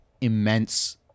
immense